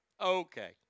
Okay